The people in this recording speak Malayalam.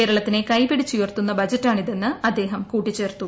കേരളത്തിനെ കൈപിടിച്ചുയർത്തുന്ന ബജറ്റാണിതെന്ന് അദ്ദേഹം കൂട്ടിച്ചേർത്തു